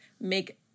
make